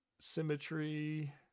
symmetry